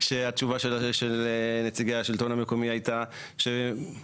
שהתשובה של נציגי השלטון המקומי הייתה שלדעתם,